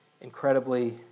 incredibly